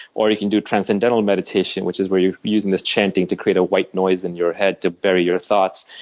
or you can do transcendental meditation which is where you are using this chanting to create a white noise in your head to bury your thoughts.